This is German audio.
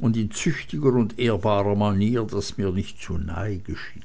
und in züchtiger und ehrbarer manier daß mir nicht zu nahe geschieht